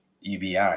UBI